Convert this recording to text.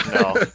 no